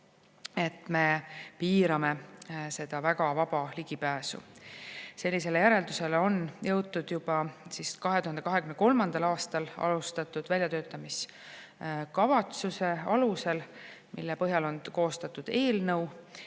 et me piirame seda väga vaba ligipääsu. Sellisele järeldusele on jõutud juba 2023. aastal alustatud väljatöötamiskavatsuse alusel, mille põhjal on koostatud eelnõu,